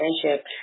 friendship